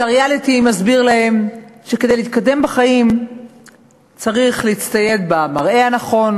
הריאליטי מסביר להם שכדי להתקדם בחיים צריך להצטייד במראה הנכון,